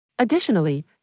Additionally